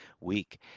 week